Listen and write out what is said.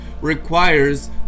requires